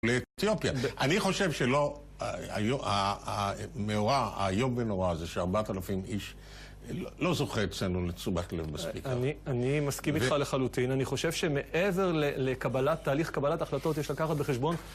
אני חושב שלא, המאורע היום בנורא זה שארבעת אלפים איש לא זוכה אצלנו לתשומת לב מספיק אני מסכים איתך לחלוטין, אני חושב שמעבר לקבלת תהליך קבלת החלטות יש לקחת בחשבון